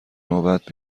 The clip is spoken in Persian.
نوبت